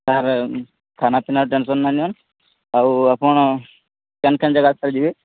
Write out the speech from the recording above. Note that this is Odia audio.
ସାର୍ ଖାନାପିନା ଟେନ୍ସନ୍ ନିଅନ୍ତୁ ନାହିଁ ଆଉ ଆପଣ କେଉଁ କେଉଁ ଜାଗା ସାର୍ ଯିବେ